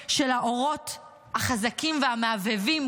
המראה של האורות החזקים והמהבהבים,